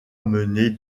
emmener